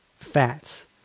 Fats